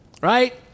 Right